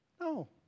No